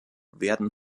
werden